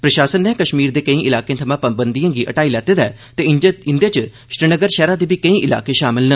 प्रशासन नै कश्मीर दे केई इलाके थमां पाबंधिए गी हटाई लैते दा ऐ ते इंदे च श्रीनगर शैहरा दे बी केई इलाके शामल न